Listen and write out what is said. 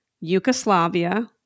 Yugoslavia